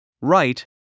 Right